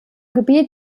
gebiet